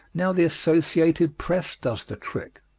now the associated press does the trick.